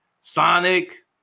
Sonic